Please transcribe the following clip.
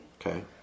Okay